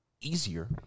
easier